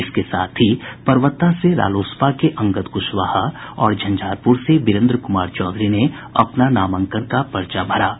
इसके साथ ही परबत्ता से रालोसपा के अंगद कृशवाहा और झंझारपूर से बिरेन्द्र कुमार चौधरी ने अपना नामांकन का पर्चा भरा है